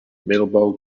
mellow